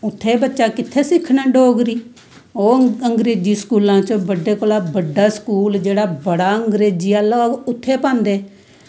उत्थें बच्चा कित्थें सिक्खना डोगरी ओह् अंग्रेजी स्कूलां च बड्डे कोला बड्डा जेह्ड़ा बड़ा अंग्रेजी आह्ला होग उत्थें पांदे